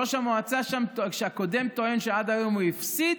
ראש המועצה הקודם טוען עד היום שהוא הפסיד